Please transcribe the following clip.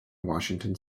washington